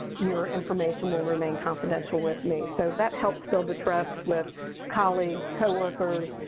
your information will remain confidential with me. so that helps build the trust with colleagues, co workers,